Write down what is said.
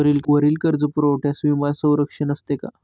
वरील कर्जपुरवठ्यास विमा संरक्षण असते का?